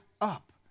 up